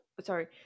sorry